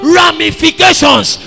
ramifications